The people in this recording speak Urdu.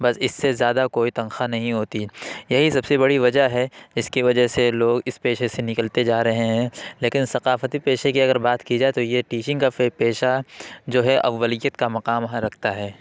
بس اس سے زیادہ کوئی تنخواہ نہیں ہوتی ہے یہی سب سے بڑی وجہ ہے اس کی وجہ سے لوگ اس پیشے سے نکلتے جا رہے ہیں لیکن ثقافتی پیشے کی اگر بات کی جائے تو یہ ٹیچنگ کا پیشہ جو ہے اولیت کا مقام وہاں رکھتا ہے